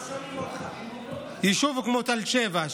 יישוב כמו תל-שבע,